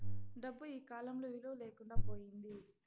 డబ్బు ఈకాలంలో విలువ లేకుండా పోయింది